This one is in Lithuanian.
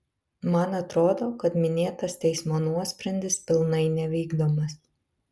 man atrodo kad minėtas teismo nuosprendis pilnai nevykdomas